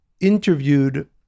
interviewed